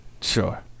Sure